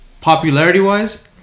Popularity-wise